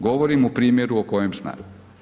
Govorim o primjeru o kojem znam.